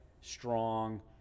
strong